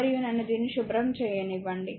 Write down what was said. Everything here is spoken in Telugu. మరియు నన్ను దీనిని శుభ్రం చేయనివ్వండి